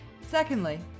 Secondly